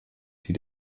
die